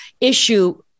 issue